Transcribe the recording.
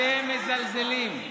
אתם מזלזלים.